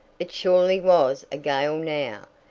it surely was a gale now,